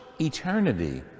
eternity